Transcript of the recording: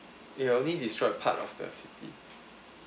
it only destroyed part of the city